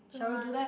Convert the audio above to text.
shall we do that